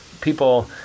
people